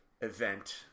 event